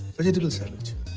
vegetable sandwiches!